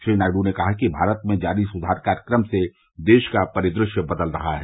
श्री नायडू ने कहा कि भारत में जारी सुधार कार्यक्रम से देश का परिदृश्य बदल रहा है